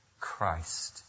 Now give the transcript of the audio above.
Christ